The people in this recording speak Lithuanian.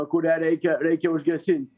kurią reikia reikia užgesint